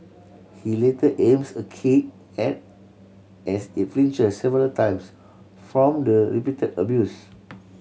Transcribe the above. he later aims a kick at as it flinches several times from the repeated abuse